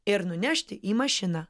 ir nunešti į mašiną